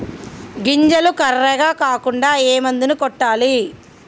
గింజలు కర్రెగ కాకుండా ఏ మందును కొట్టాలి?